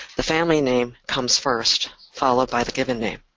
the family name comes first, followed by the given name.